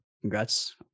congrats